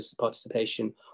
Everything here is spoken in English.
participation